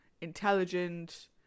intelligent